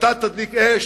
שאתה תדליק אש,